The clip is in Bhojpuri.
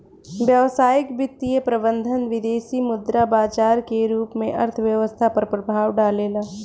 व्यावसायिक वित्तीय प्रबंधन विदेसी मुद्रा बाजार के रूप में अर्थव्यस्था पर प्रभाव डालेला